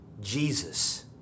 Jesus